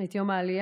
את יום העלייה,